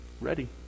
ready